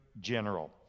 general